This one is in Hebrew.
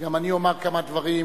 וגם אני אומר כמה דברים,